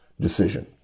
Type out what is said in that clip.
decision